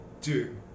Dude